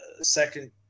second